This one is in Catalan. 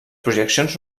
projeccions